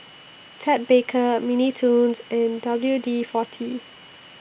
Ted Baker Mini Toons and W D forty